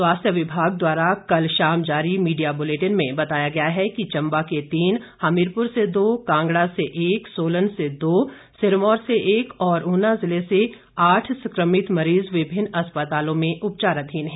स्वास्थ्य विभाग द्वारा कल शाम जारी मीडिया बुलेटिन में बताया गया है कि चंबा के तीन हमीरपुर से दो कांगड़ा से एक सोलन से दो सिरमौर से एक और ऊना जिले से आठ संक्रमित मरीज विभिन्न अस्पतालों में उपचाराधीन हैं